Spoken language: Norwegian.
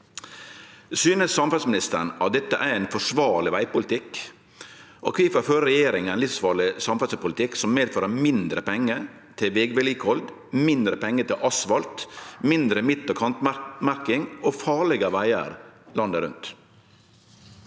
Synest samferdselsministeren at dette er ein forsvarleg vegpolitikk? Kvifor fører regjeringa ein livsfarleg samferdselspolitikk som medfører mindre pengar til vegvedlikehald, mindre pengar til asfalt, mindre midtog kantmerking og farlege vegar landet rundt?